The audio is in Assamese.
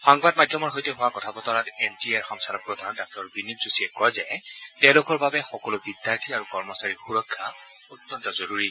সংবাদ মাধ্যমৰ সৈতে হোৱা কথা বতৰাত এন টি এ ৰ সঞ্চালক প্ৰধান ডাঃ বিনিত যোশীয়ে কয় যে তেওঁলোকৰ বাবে সকলো বিদ্যাৰ্থী আৰু কৰ্মচাৰীৰ সূৰক্ষা অত্যন্ত জৰুৰী